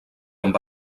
amb